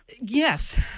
Yes